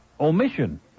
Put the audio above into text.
omission